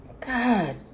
God